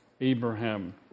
Abraham